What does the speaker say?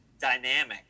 dynamic